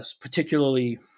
particularly